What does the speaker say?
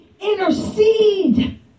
intercede